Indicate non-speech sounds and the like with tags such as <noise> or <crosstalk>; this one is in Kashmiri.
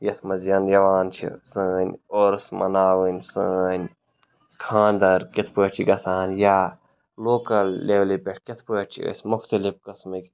یَتھ منٛز <unintelligible> یِوان چھِ سٲنۍ عورٕس مَناوٕنۍ سٲنۍ خانٛدَر کِتھ پٲٹھۍ چھِ گَژھان یا لوکَل لٮ۪ولہِ پٮ۪ٹھ کِتھ پٲٹھۍ چھِ أسۍ مُختلِف قٕسمٕکۍ